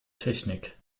technik